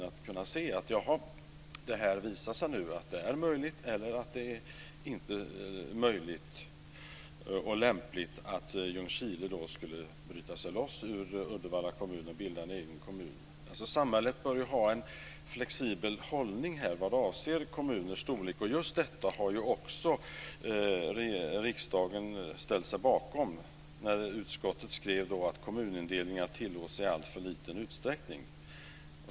Då hade man kunnat se om det hade visat sig vara möjligt eller inte möjligt och lämpligt att Ljungskile bryter sig loss ur Uddevalla kommun och bildar en egen kommun. Samhället bör ha en flexibel hållning vad avser kommuners storlek. Just detta har riksdagen också ställt sig bakom när utskottet skrev att kommunindelningar tillåts i alltför liten utsträckning.